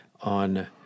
on